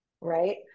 right